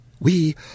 We